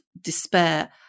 despair